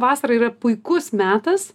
vasara yra puikus metas